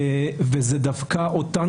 וזה דווקא אותן